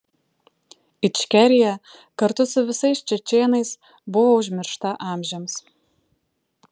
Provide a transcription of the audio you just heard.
ičkerija kartu su visais čečėnais buvo užmiršta amžiams